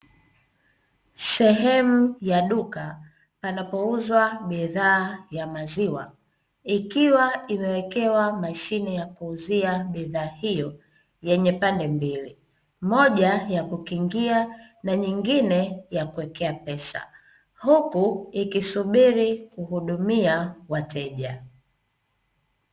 Sehemu ya duka panapouzwa bidhaa ya maziwa ikiwa imewekewa mashine ya kuuzia bidhaa hiyo yenye pande mbili, moja kukingia na nyIngine ya kuwekea pesa. Huku ikisubiri kuhudumia wateja.